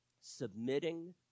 submitting